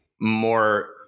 more